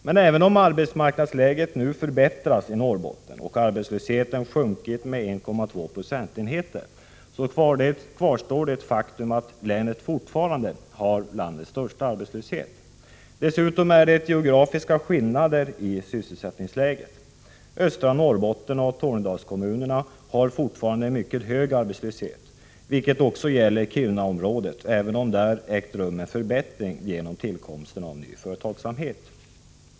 Men även om arbetsmarknadsläget nu förbättras i Norrbotten och arbetslösheten sjunkit med 1,2 procentenheter så kvarstår det faktum att länet fortfarande har landets största arbetslöshet. Dessutom är det stora geografiska skillnader i sysselsättningsläget. Östra Norrbotten och Tornedalskommunerna har fortfarande en mycket hög arbetslöshet, vilket också gäller Kirunaområdet, även om där ägt rum en förbättring genom tillkomsten av ny företagsamhet.